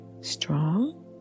strong